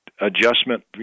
adjustment